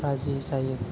राजि जायो